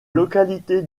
localité